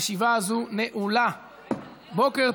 והיא חוזרת